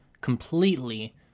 completely